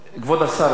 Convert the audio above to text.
כפי שאתה יודע,